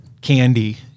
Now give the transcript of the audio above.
candy